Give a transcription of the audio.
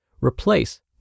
replace